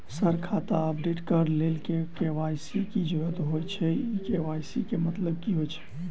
Sir खाता update करऽ लेल के.वाई.सी की जरुरत होइ छैय इ के.वाई.सी केँ मतलब की होइ छैय?